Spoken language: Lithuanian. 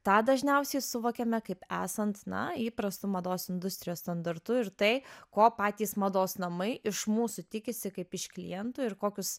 tą dažniausiai suvokiame kaip esant na įprastu mados industrijos standartu ir tai ko patys mados namai iš mūsų tikisi kaip iš klientų ir kokius